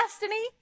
destiny